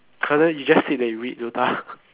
you just said that you read dota